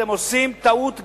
אתם עושים טעות גסה.